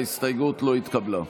ההסתייגות לא התקבלה.